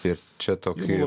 ir čia tokie